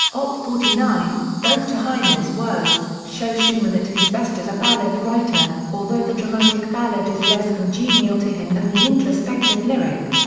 op. forty nine, both to heine's words, show schumann at his best as a ballad writer, although the dramatic ballad is less congenial to him than the introspective lyric.